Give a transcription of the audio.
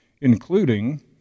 including